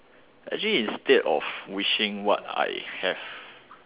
actually instead of wishing what I have